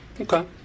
Okay